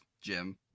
jim